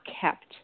kept